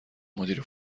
مدیر